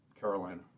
Carolina